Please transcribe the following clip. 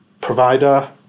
provider